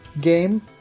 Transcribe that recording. game